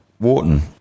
Wharton